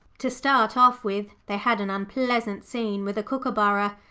to start off with, they had an unpleasant scene with a kookaburra,